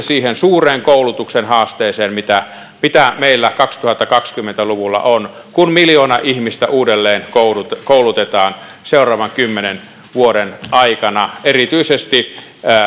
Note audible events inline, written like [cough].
[unintelligible] siihen suureen koulutuksen haasteeseen mitä meillä kaksituhattakaksikymmentä luvulla on kun miljoona ihmistä uudelleenkoulutetaan seuraavan kymmenen vuoden aikana erityisesti